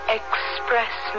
express